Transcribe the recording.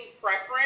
preference